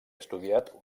estudiat